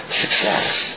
success